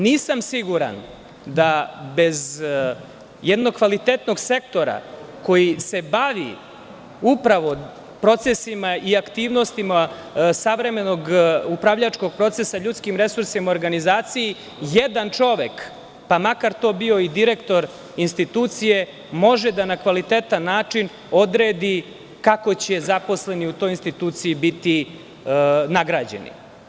Nisam siguran da bez jednog kvalitetnog sektora koji se bavi upravo procesima i aktivnostima savremenog upravljačkog procesa ljudskim resursima i organizaciji, jedan čovek, pa makar to bio i direktor institucije, može da na kvalitetan način odredi kako će zaposleni u toj instituciji biti nagrađeni.